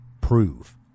prove